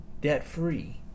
debt-free